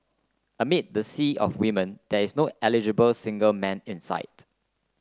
amid the sea of women there's no eligible single man in sight